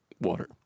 water